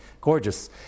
Gorgeous